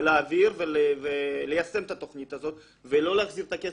להעביר וליישם את התכנית הזאת ולא להחזיר חזרה את הכסף,